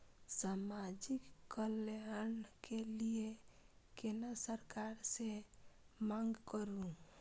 समाजिक कल्याण के लीऐ केना सरकार से मांग करु?